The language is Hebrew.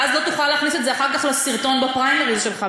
ואז לא תוכל להכניס את זה אחר כך לסרטון בפריימריז שלך,